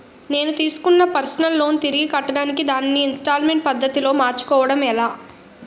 నేను తిస్కున్న personal loan తిరిగి కట్టడానికి దానిని ఇంస్తాల్మేంట్ పద్ధతి లో మార్చుకోవడం ఎలా?